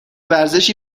ورزشی